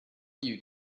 you